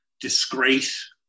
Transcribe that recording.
disgrace